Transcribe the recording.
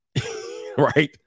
Right